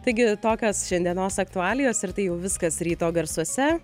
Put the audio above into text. taigi tokios šiandienos aktualijos ir tai jau viskas ryto garsuose